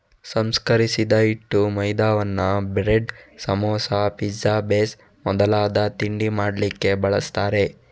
ಸಂಸ್ಕರಿಸಿದ ಹಿಟ್ಟು ಮೈದಾವನ್ನ ಬ್ರೆಡ್, ಸಮೋಸಾ, ಪಿಜ್ಜಾ ಬೇಸ್ ಮೊದಲಾದ ತಿಂಡಿ ಮಾಡ್ಲಿಕ್ಕೆ ಬಳಸ್ತಾರೆ